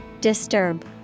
Disturb